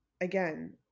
again